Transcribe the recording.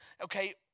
okay